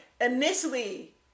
Initially